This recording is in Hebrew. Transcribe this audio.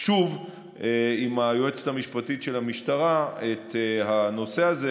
שוב עם היועצת המשפטית של המשטרה את הנושא הזה,